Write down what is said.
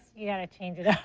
you got to change it up.